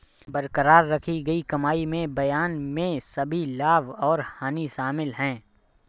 बरकरार रखी गई कमाई में बयान में सभी लाभ और हानि शामिल हैं